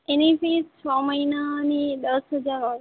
એની fees છ મહિનાની દસ હજાર હોય છે